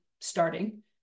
starting